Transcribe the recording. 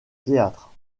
théâtre